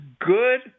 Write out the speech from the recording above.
good